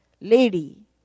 lady